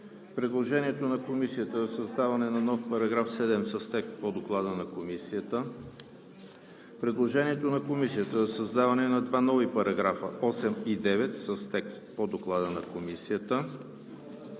предложението на Комисията за създаване на нов § 21 с текст по Доклада на Комисията; предложението на Комисията за създаване на нов § 22 с текст по Доклада на Комисията;